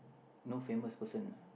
no famous person lah